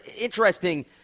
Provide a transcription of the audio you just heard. Interesting